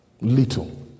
little